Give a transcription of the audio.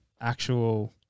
actual –